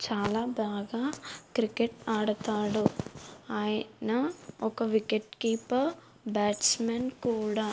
చాలా బాగా క్రికెట్ ఆడతాడు ఆయన ఒక వికెట్ కీపర్ బ్యాట్స్మెన్ కూడా